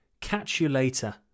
Catch-you-later